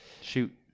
Shoot